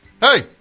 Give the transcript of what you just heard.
Hey